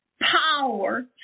power